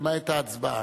למעט ההצבעה.